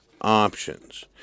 options